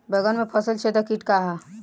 बैंगन में फल छेदक किट का ह?